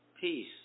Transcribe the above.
Peace